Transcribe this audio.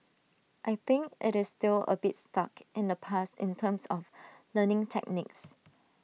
I think IT is still A bit stuck in the past in terms of learning techniques